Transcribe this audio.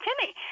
Timmy